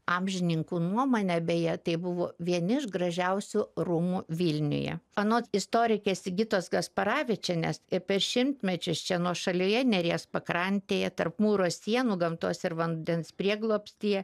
amžininkų nuomone beje tai buvo vieni iš gražiausių rūmų vilniuje anot istorikės sigitos gasparavičienės ir per šimtmečius čia nuošalioje neries pakrantėje tarp mūro sienų gamtos ir vandens prieglobstyje